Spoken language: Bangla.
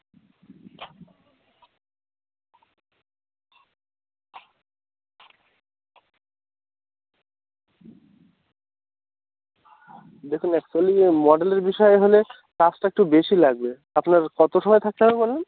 দেখুন অ্যাকচুয়ালি এ মডেলের বিষয়ে হলে চার্জটা একটু বেশি লাগবে আপনার কতো সময় থাকতে হবে বলুন